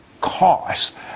cost